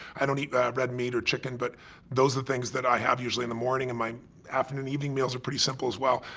i don't eat red meat or chicken, but those are the things that i have usually in the morning. and my afternoon, evening meals are pretty simple as well.